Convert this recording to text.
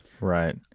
right